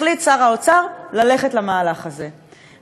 החליט שר האוצר ללכת למהלך הזה,